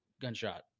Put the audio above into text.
Gunshot